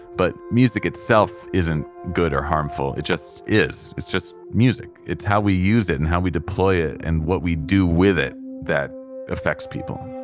but music itself isn't good or harmful. it just is. it's just music. it's how we use it and how we deploy it and what we do with it that affects people